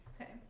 Okay